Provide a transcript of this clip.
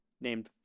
named